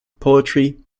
poetry